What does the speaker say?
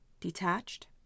detached